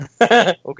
Okay